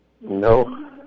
No